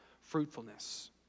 fruitfulness